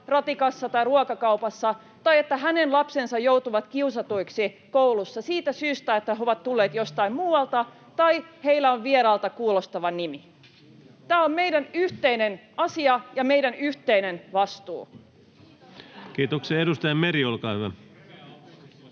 ratikassa tai ruokakaupassa tai että hänen lapsensa joutuvat kiusatuiksi koulussa siitä syystä, että he ovat tulleet jostain muualta tai heillä on vieraalta kuulostava nimi. Tämä on meidän yhteinen asiamme ja meidän yhteinen vastuumme. Kiitoksia. — Edustaja Meri, olkaa hyvä.